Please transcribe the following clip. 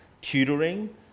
tutoring